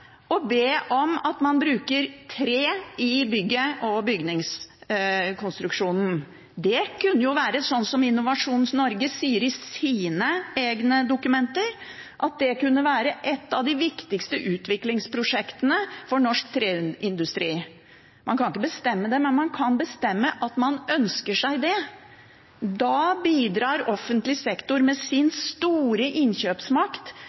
å be om at man bruker tre i bygget og bygningskonstruksjonen. Det kunne jo vært sånn som Innovasjon Norge sier i sine egne dokumenter, at det kunne vært et av de viktigste utviklingsprosjektene for norsk treindustri. Man kan ikke bestemme det, men man kan bestemme at man ønsker det. Da bidrar offentlig sektor med sin store innkjøpsmakt